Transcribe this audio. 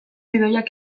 idoiak